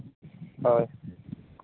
ᱦᱳᱭ